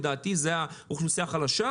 לדעתי זה האוכלוסייה החלשה,